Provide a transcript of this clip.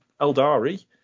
eldari